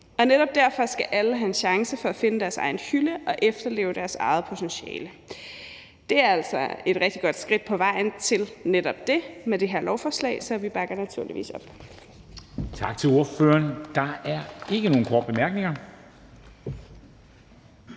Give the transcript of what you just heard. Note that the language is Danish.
og netop derfor skal alle have en chance for at finde deres egen hylde og efterleve deres eget potentiale. Det er altså et rigtig godt skridt på vejen til netop det med det her lovforslag, så vi bakker naturligvis op. Kl. 13:17 Formanden (Henrik Dam Kristensen):